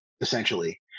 essentially